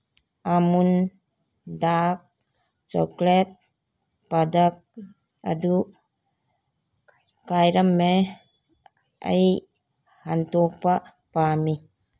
ꯑꯃꯨꯜ dark chocolate product ꯑꯗꯨ ꯀꯥꯏꯔꯝꯃꯦ ꯑꯩ ꯍꯟꯗꯣꯛꯄ ꯄꯥꯝꯃꯤ